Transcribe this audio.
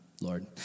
Lord